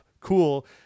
Cool